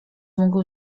mógł